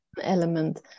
element